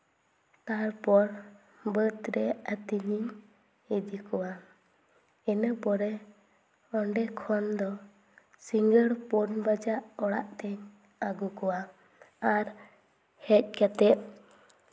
ᱛᱟᱨᱯᱚᱨ ᱵᱟᱹᱫᱽ ᱨᱮ ᱟᱹᱛᱤᱧᱤᱧ ᱤᱫᱤ ᱠᱚᱣᱟ ᱤᱱᱟᱹ ᱯᱚᱨᱮ ᱚᱸᱰᱮ ᱠᱷᱚᱱ ᱫᱚ ᱥᱤᱸᱜᱟᱹᱲ ᱯᱩᱱ ᱵᱟᱡᱟᱜ ᱚᱲᱟᱜ ᱛᱤᱧ ᱟᱹᱜᱩ ᱠᱚᱣᱟ ᱟᱨ ᱦᱮᱡ ᱠᱟᱛᱮᱫ